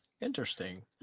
Interesting